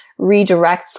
redirects